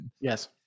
Yes